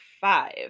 five